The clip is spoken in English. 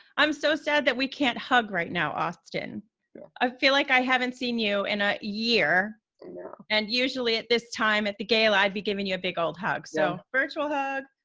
i'm so sad that we can't hug right now, austin i feel like i haven't seen you in a year you know and usually at this time at the gala i'd be giving you a big old hug so virtual hug!